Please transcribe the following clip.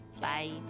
Bye